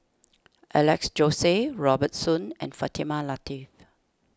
Alex Josey Robert Soon and Fatimah Lateef